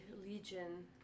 legion